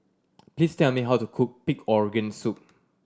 please tell me how to cook pig organ soup